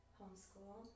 homeschool